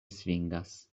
svingas